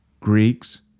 Greeks